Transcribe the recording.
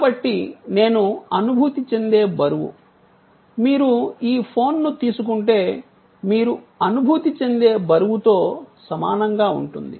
కాబట్టి నేను అనుభూతి చెందే బరువు మీరు ఈ ఫోన్ను తీసుకుంటే మీరు అనుభూతి చెందే బరువుతో సమానంగా ఉంటుంది